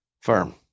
Firm